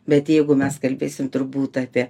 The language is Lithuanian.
bet jeigu mes kalbėsim turbūt apie